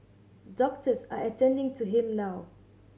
doctors are attending to him now